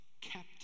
kept